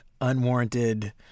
unwarranted